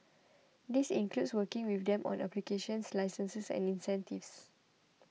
this includes working with them on applications licenses and incentives